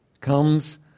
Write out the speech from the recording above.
comes